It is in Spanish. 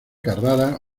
carrara